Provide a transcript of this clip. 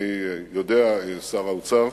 אני יודע, שר האוצר,